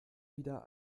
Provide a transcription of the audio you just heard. wieder